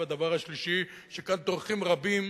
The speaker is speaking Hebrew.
והדבר השלישי, שכאן טורחים רבים,